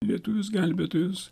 lietuvius gelbėtojus